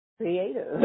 creative